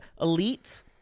Elite